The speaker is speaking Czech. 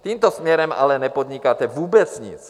Tímto směrem ale nepodnikáte vůbec nic.